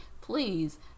please